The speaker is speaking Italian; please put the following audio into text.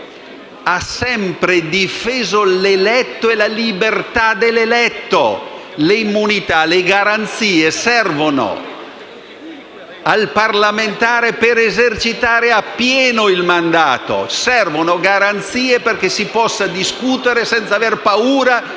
ha sempre difeso l'eletto e la libertà dell'eletto. Le immunità e le garanzie servono al parlamentare per esercitare appieno il mandato. In primo luogo, servono garanzie perché si possa discutere senza aver paura